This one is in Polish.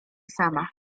sama